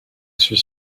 suis